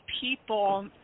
people